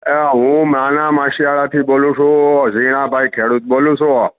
હું નર યંસિયાદાથી બોલું છું હું જીનાભાઈ ખેડૂત બોલું છું